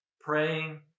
praying